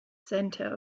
centre